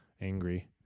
Angry